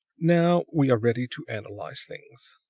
now, we are ready to analyze things.